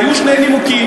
היו שני נימוקים: